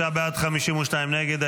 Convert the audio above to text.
45 בעד, 52 נגד.